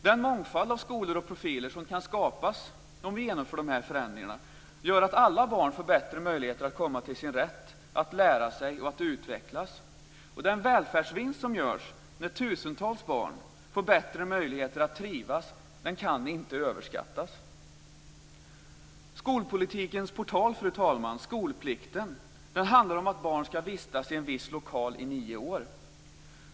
Den mångfald av skolor och profiler som kan skapas om vi genomför dessa förändringar gör att alla barn får bättre möjligheter att komma till sin rätt, att lära sig och att utvecklas. Och den välfärdsvinst som görs när tusentals barn får bättre möjligheter att trivas kan inte överskattas. Fru talman! Skolpolitikens portal, skolplikten, handlar om att barn ska vistas i en viss lokal under nio år.